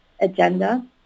agenda